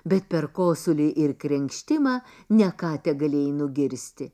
bet per kosulį ir krenkštimą ne ką tegalėjai nugirsti